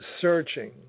searching